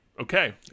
Okay